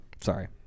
Sorry